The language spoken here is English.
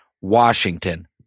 Washington